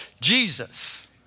Jesus